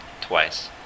twice